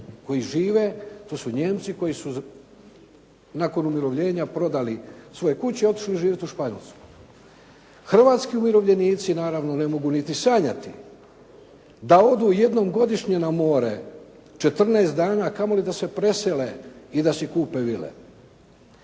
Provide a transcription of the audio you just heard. koji žive, to su Nijemci koji su nakon umirovljenja prodali svoje kuće i otišli živjeti u Španjolsku. Hrvatski umirovljenici naravno ne mogu niti sanjati da odu jednom godišnje na more 14 dana kamoli da se presele i da si kupe vile.